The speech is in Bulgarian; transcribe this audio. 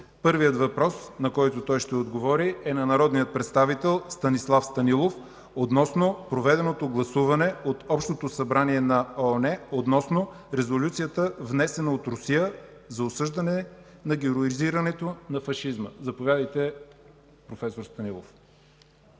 Първият въпрос, на който той ще отговори, е на народния представител Станислав Станилов относно проведеното гласуване от Общото събрание на ООН относно Резолюцията, внесена от Русия за осъждане на героизирането на фашизма. Заповядайте, проф. Станилов.